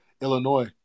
Illinois